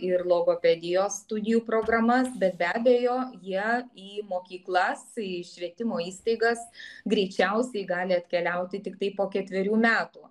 ir logopedijos studijų programas bet be abejo jie į mokyklas į švietimo įstaigas greičiausiai gali atkeliauti tiktai po ketverių metų